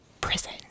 prison